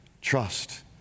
trust